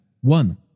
one